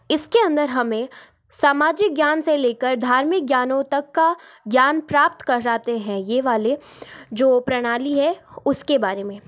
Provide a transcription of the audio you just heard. इसके अंदर हमें सामाजिक ज्ञान से लेकर धार्मिक ज्ञानों तक का ज्ञान प्राप्त कराते हैं ये वाले जो प्रणाली है उसके बारे में